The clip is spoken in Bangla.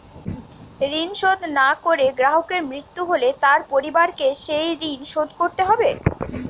ঋণ শোধ না করে গ্রাহকের মৃত্যু হলে তার পরিবারকে সেই ঋণ শোধ করতে হবে?